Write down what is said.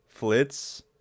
Flitz